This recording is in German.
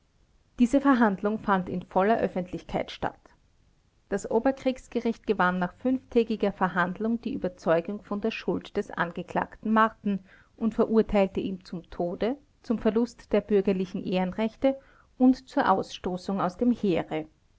diese verhandlung fand in voller öffentlichkeit statt das oberkriegsgericht gewann nach fünftägiger verhandlung die überzeugung von der schuld des angeklagten marten und verurteilte ihn zum tode zum verlust der bürgerlichen ehrenrechte und zur ausstoßung aus dem heere